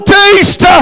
taste